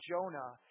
Jonah